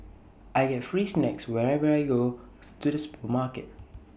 I get free snacks whenever I go to the supermarket